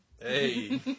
Hey